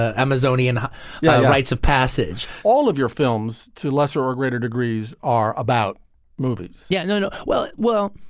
amazonian rites of passage all of your films to lesser or greater degrees are about movies yeah. no, no. well, well,